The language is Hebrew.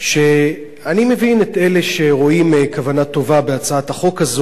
שאני מבין את אלה שרואים כוונה טובה בהצעת החוק הזאת,